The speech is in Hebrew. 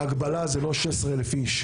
ההגבלה של האירוע היא לא ל-16,000 אנשים,